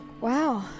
Wow